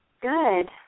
good